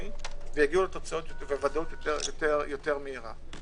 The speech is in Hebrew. ויגיעו לתוצאות בוודאות יותר מהירה.